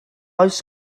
oes